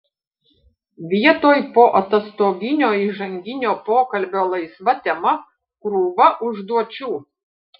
vietoj poatostoginio įžanginio pokalbio laisva tema krūva užduočių